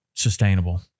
Sustainable